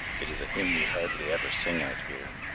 it is a hymn we hardly ever sing out here,